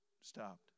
stopped